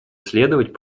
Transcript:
следовать